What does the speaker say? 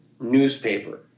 newspaper